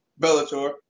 Bellator